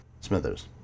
smithers